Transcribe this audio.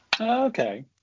Okay